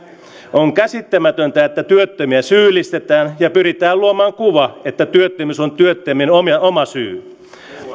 on käsittämätöntä että työttömiä syyllistetään ja pyritään luomaan kuva että työttömyys olisi työttömien oma syy